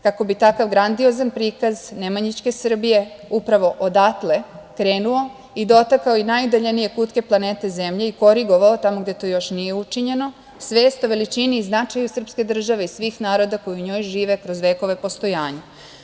Kako bi tako grandiozan prikaz Nemanjićke Srbije upravo odatle krenuo i dotakao i najudaljenije kutke planete Zemlje i korigovao, tamo gde to još nije učinjeno, svest o veličini i značaju srpske države i svih naroda koji u njoj žive kroz vekove postojanja.